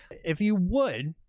if you would,